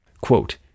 quote